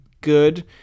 good